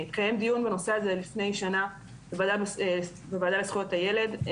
התקיים דיון בנושא הזה לפני שנה בוועדה לזכויות הילד.